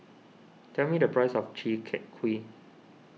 tell me the price of Chi Kak Kuih